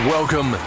Welcome